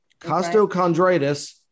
costochondritis